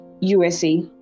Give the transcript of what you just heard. USA